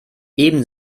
eben